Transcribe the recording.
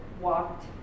walked